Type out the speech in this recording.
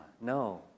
no